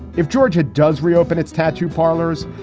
if georgia does reopen its tattoo parlors,